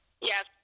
Yes